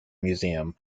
museum